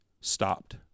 stopped